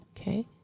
Okay